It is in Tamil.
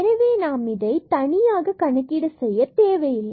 எனவே நாம் இதனை தனியாக கணக்கீடு செய்ய தேவை இல்லை